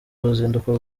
uruzinduko